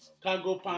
Cargo